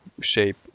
shape